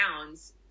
pounds